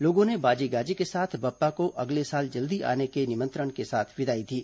लोगों ने बाजे गाजे के साथ बप्पा को अगले साल जल्दी आने के निमंत्रण के साथ विदाई दी